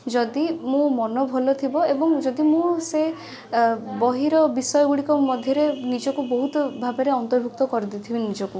ଯଦି ମୋ ମନ ଭଲଥିବ ଏବଂ ଯଦି ମୁଁ ସେ ବହିର ବିଷୟଗୁଡ଼ିକ ମଧ୍ୟରେ ନିଜକୁ ବହୁତ ଭାବରେ ଅନ୍ତର୍ଭୁକ୍ତ କରିଦେଇଥିବି ନିଜକୁ